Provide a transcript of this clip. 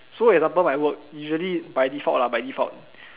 so example my work usually by default lah by default